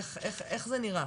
איך זה נראה?